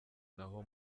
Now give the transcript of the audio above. naho